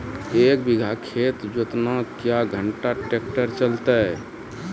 एक बीघा खेत जोतना क्या घंटा ट्रैक्टर चलते?